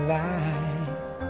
life